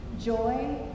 joy